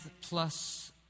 plus